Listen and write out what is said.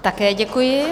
Také děkuji.